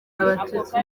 abatutsi